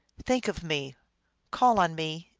think of me call on me,